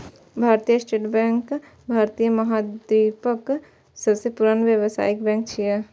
भारतीय state bank भारतीय महाद्वीपक सबसं पुरान व्यावसायिक बैंक छियै